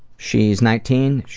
she's nineteen,